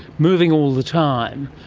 moving all the time,